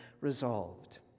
resolved